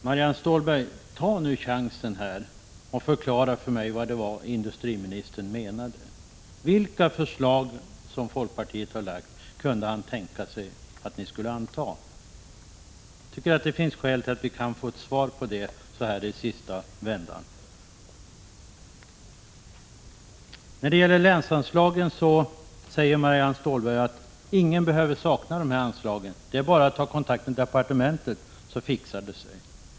Herr talman! Ta nu chansen, Marianne Stålberg, och förklara för mig vad industriministern menade! Vilka av de förslag som folkpartiet har lagt fram kunde han tänka sig att ni skulle anta? Jag tycker det finns skäl att ge oss ett svar på det nu i den sista replikomgången. Ingen behöver sakna länsanslagen, säger Marianne Stålberg. Det är bara att ta kontakt med departementet, så fixar det sig.